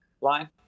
line